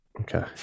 okay